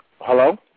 Hello